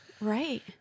Right